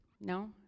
No